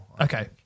okay